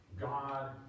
God